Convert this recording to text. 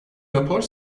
rapor